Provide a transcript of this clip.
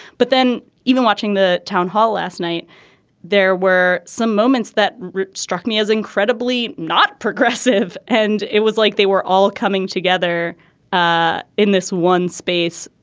but then even watching the town hall last night there were some moments that struck me as incredibly not progressive. and it was like they were all coming together ah in this one space.